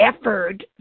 effort